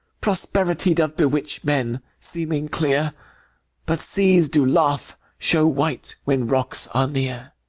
prosperity doth bewitch men, seeming clear but seas do laugh, show white, when rocks are near.